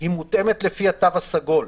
היא מותאמת לפי התו הסגול,